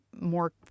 more